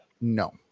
No